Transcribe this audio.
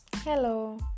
Hello